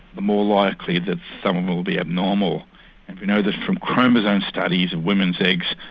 the more likely that some will be abnormal. we know this from chromosome studies of women's eggs,